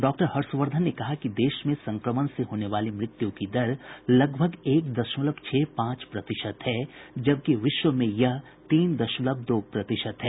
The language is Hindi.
डॉक्टर हर्षवर्धन ने कहा कि देश में संक्रमण से होने वाली मृत्यू की दर लगभग एक दशमलव छह पांच प्रतिशत है जबकि विश्व में यह तीन दशमलव दो प्रतिशत है